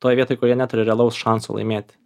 toj vietoj kur jie neturi realaus šanso laimėti